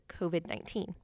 COVID-19